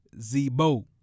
Z-Bo